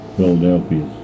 Philadelphia